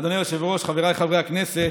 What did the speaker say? אדוני היושב-ראש, חבריי חברי הכנסת,